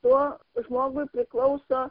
tuo žmogui priklauso